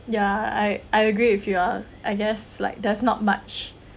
ya I I agree with you uh I guess like there's not much